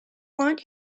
want